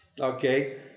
okay